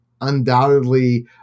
undoubtedly